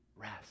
rest